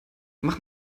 mach